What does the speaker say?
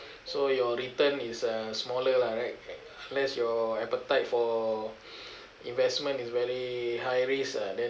so your return is uh smaller lah right right unless your appetite for investment is very high risk ah then